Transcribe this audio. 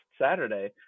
Saturday